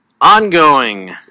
Ongoing